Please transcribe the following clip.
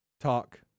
Talk